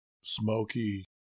smoky